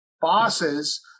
bosses